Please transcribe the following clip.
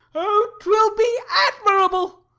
o, t will be admirable!